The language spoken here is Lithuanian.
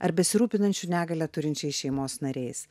ar besirūpinančių negalią turinčiais šeimos nariais